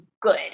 Good